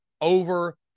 over